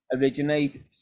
originate